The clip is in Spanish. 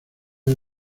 han